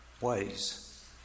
ways